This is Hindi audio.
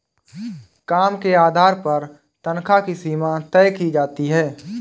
काम के आधार पर तन्ख्वाह की सीमा तय की जाती है